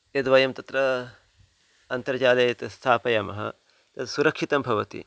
यद् वयं तत्र अन्तर्जाले यत् स्थापयामः तत् सुरक्षितं भवति